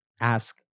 ask